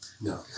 No